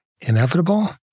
inevitable